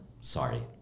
Sorry